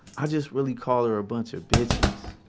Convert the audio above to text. i just really called her a bunch of bitches.